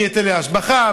מהיטלי השבחה,